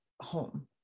home